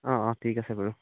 অঁ অঁ ঠিক আছে বাৰু